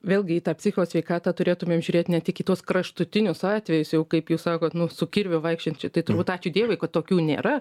vėlgi į tą psicho sveikatą turėtumėm žiūrėt ne tik į tuos kraštutinius atvejus jau kaip jūs sakot su kirviu vaikščiojančių tai turbūt ačiū dievui kad tokių nėra